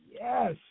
Yes